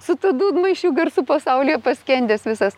su tuo dūdmaišiu garsų pasaulyje paskendęs visas